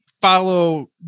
follow